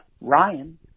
Ryan